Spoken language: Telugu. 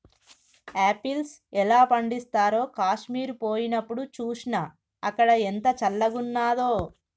ఆపిల్స్ ఎలా పండిస్తారో కాశ్మీర్ పోయినప్డు చూస్నా, అక్కడ ఎంత చల్లంగున్నాదో